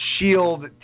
Shield